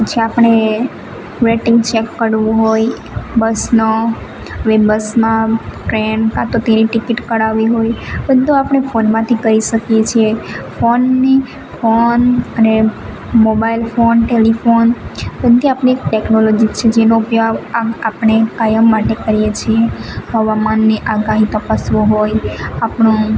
પછી આપણે waiting check કરવું હોય બસનો કોઈ બસમાં ટ્રેન કાં તો તેની ટિકિટ કઢાવી હોય બધું આપણે ફોનમાંથી કઈ શકીએ છીએ ફોનની ફોન અને મોબાઈલ ફોન ટેલિફોન બધી આપણે એક ટેક્નોલોજી જ છે જેનો ઊપયોગ આપણે કાયમ માટે કરીએ છીએ હવામાનની આગાહી તપાસવું હોય આપણું